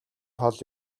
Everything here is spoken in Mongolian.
хол